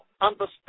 understand